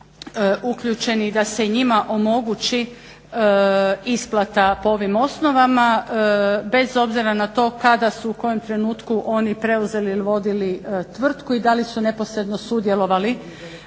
uključeni i da se i njima omogući isplata po ovim osnovama bez obzira na to kada su u kojem trenutku oni preuzeli ili vodili tvrtku i da li su neposredno sudjelovali